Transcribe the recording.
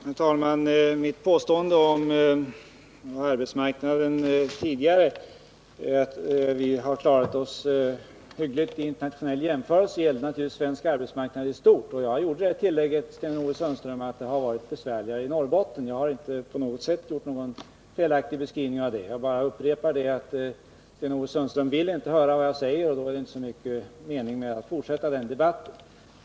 Herr talman! Mitt påstående att arbetsmarknaden har klarat sig hyggligt vid en internationell jämförelse gällde naturligtvis svensk arbetsmarknad i stort. Jag gjorde det tillägget, Sten-Ove Sundström, att det har varit besvärligare i Norrbotten. Jag har inte på något sätt gjort någon felaktig beskrivning av det. Jag bara upprepar att Sten-Ove Sundström inte vill höra vad jag säger och då är det inte stor mening att fortsätta debatten.